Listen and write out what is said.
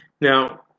Now